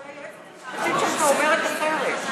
אבל היועצת המשפטית שלך אומרת אחרת.